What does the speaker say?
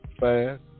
fast